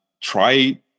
Try